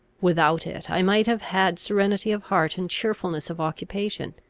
without it, i might have had serenity of heart and cheerfulness of occupation,